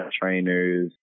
trainers